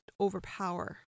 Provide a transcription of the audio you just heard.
overpower